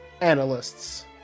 Analysts